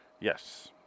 Yes